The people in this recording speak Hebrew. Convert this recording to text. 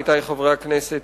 עמיתי חברי הכנסת,